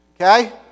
Okay